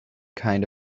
kind